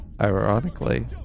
ironically